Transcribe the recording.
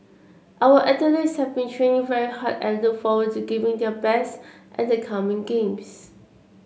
our athletes have been training very hard and look forward to giving their best at the coming games